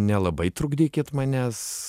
nelabai trukdykit manęs